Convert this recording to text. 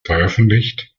veröffentlicht